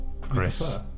Chris